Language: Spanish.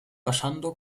pasando